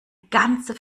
ganze